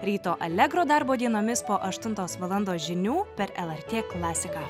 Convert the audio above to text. ryto allegro darbo dienomis po aštuntos valandos žinių per lrt klasiką